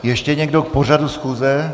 Ještě někdo k pořadu schůze?